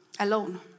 alone